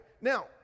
Now